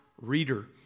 reader